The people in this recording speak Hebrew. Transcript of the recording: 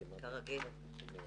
כרגיל.